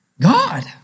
God